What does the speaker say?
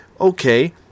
okay